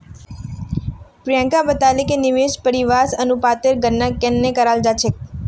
प्रियंका बताले कि निवेश परिव्यास अनुपातेर गणना केन न कराल जा छेक